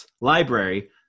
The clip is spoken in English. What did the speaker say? library